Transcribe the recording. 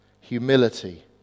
humility